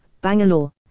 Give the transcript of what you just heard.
Bangalore